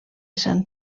sant